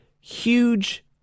huge